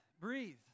Breathe